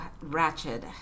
ratchet